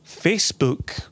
Facebook